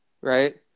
Right